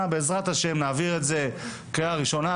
בעזרת השם נעביר את זה קריאה ראשונה,